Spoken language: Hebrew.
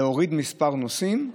להוריד את מספר הנוסעים,